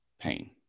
pain